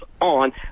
on